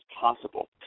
possible